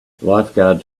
lifeguards